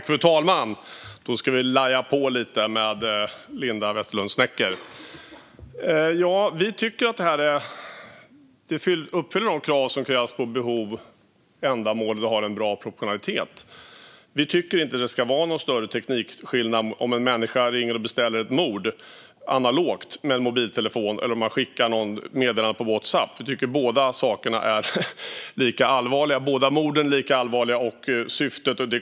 Fru talman! Då ska vi "lajja på" lite med Linda Westerlund Snecker. Ja, vi tycker att det här uppfyller de krav som ställs på behov och ändamål, och det har en bra proportionalitet. Vi tycker inte att det ska vara någon större skillnad om en människa beställer ett mord analogt genom att ringa med en mobiltelefon eller om en människa beställer ett mord genom att skicka ett meddelande på Whatsapp. Vi tycker att båda morden är lika allvarliga.